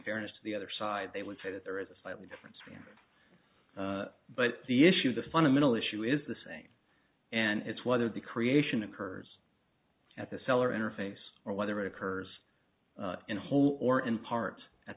fairness to the other side they would say that there is a slightly different but the issue the fundamental issue is the same and it's whether the creation occurs at the seller interface or whether it occurs in whole or in part at